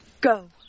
Go